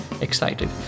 excited